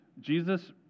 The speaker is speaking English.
Jesus